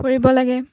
ফুৰিব লাগে